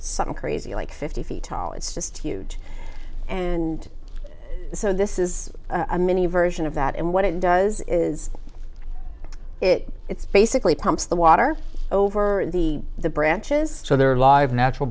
something crazy like fifty feet tall it's just huge and so this is a mini version of that and what it does is it it's basically pumps the water over the the branches so there live natural